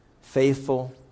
faithful